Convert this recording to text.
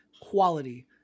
quality